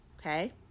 Okay